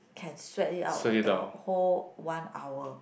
can sweat it out the whole one hour